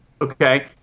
Okay